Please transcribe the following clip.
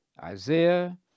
Isaiah